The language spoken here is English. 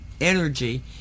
energy